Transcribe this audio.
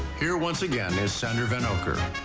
here once again is sander vanor.